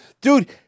Dude